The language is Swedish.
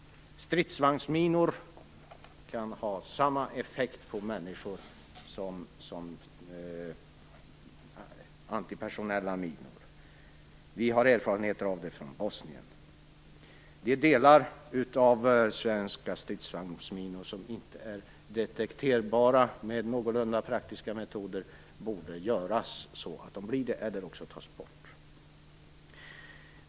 Stridsvagnsminor kan ha samma effekt på detta som antipersonella minor. Vi har erfarenheter av det från Bosnien. De delar av svenska stridsvagnsminor som inte är detekterbara med någorlunda praktiska metoder borde göras det eller också tas bort.